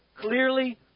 clearly